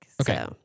Okay